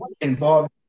involved